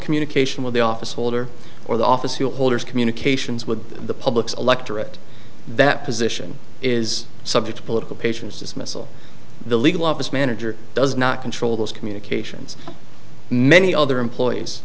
communication with the office holder or the office holders communications with the public's electorate that position is subject to political patience dismissal the legal office manager does not control those communications many other employees